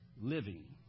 Living